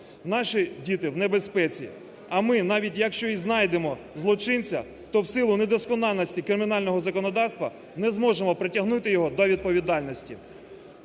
Наші діти в небезпеці. А ми, навіть якщо і знайдемо злочинця, то в силу недосконалості кримінального законодавства не зможемо притягнути його до відповідальності.